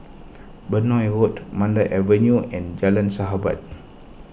Benoi Road Mandai Avenue and Jalan Sahabat